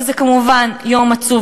וזה כמובן יום עצוב,